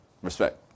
Respect